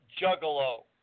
Juggalo